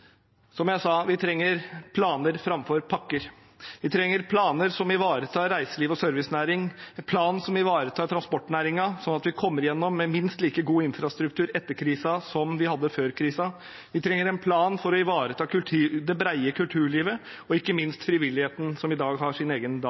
Som jeg sa, trenger vi planer framfor pakker. Vi trenger planer som ivaretar reiseliv og servicenæring. Vi trenger en plan som ivaretar transportnæringen, sånn at vi kommer gjennom med minst like god infrastruktur etter krisen som vi hadde før krisen. Vi trenger en plan for å ivareta det brede kulturlivet og ikke minst frivilligheten, som i dag har sin egen dag